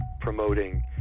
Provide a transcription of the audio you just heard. promoting